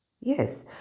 Yes